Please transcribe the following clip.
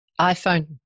iphone